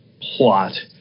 plot